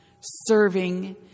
serving